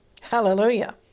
Hallelujah